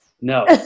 No